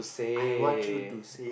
I want you to say